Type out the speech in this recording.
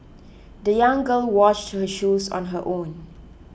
the young girl washed her shoes on her own